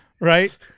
right